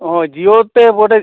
ও জিওতে ওটা